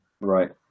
Right